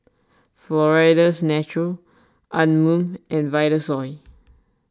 Florida's Natural Anmum and Vitasoy